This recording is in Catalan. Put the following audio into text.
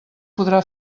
podrà